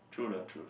true lah true